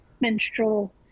menstrual